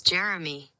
Jeremy